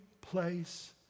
place